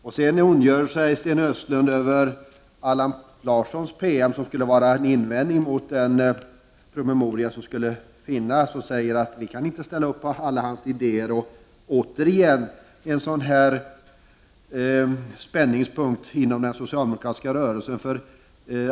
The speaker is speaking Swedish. Vidare ondgör sig Sten Östlund över Allan Larssons PM, som skulle vara en invändning mot den promemoria som skulle finnas. Sten Östlund säger att vi inte kan ställa upp på alla idéer som läggs fram av Allan Larsson. Detta är återigen ett exempel på en spänningspunkt inom den socialdemokratiska rörelsen.